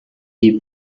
die